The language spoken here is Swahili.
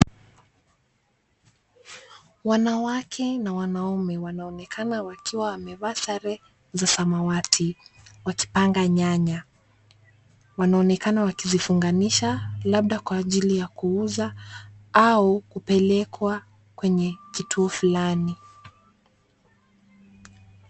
Wanawake na wanaume wanaonekana wakiwa wamevaa sare za samawati wakipanga nyanya, wanaonekana wakizifunganisha labda kwa ajili ya kuuza au kupelekwa kwenye kituo fulani.